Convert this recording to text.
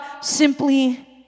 simply